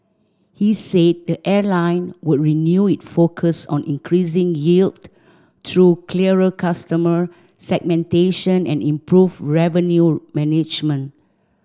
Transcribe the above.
he said the airline would renew its focus on increasing yield through clearer customer segmentation and improved revenue management